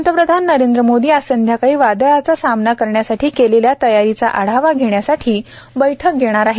प्रधानमंत्री नरेंद्र मोदी आज संध्याकाळी वादळाचा सामना करण्यासाठी केलेल्या तयारीचा आढावा घेण्यासाठी बैठक घेणार आहे